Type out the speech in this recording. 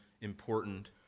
important